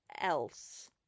else